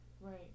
Right